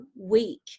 week